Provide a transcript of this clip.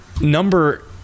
number